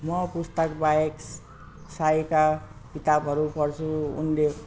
म पुस्तक बाहेक साईका किताबहरू पढ्छु उनले